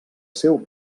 seu